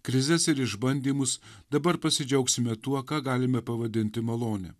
krizes ir išbandymus dabar pasidžiaugsime tuo ką galime pavadinti malone